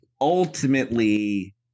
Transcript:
ultimately